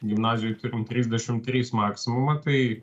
gimnazijoj turim trisdešim tris maksimumą tai